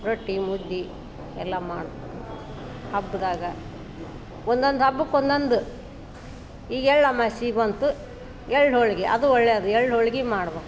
ರೊಟ್ಟಿ ಮುದ್ದೆ ಎಲ್ಲ ಮಾಡಿ ಹಬ್ಬದಾಗ ಒಂದೊಂದು ಹಬ್ಬಕ್ಕೆ ಒಂದೊಂದು ಈಗ ಎಳ್ಳು ಅಮಾವಾಸೆ ಬಂತು ಎಳ್ಳು ಹೋಳಿಗೆ ಅದು ಒಳ್ಳೇದು ಎಳ್ಳು ಹೋಳಿಗೆ ಮಾಡ್ಬೇಕು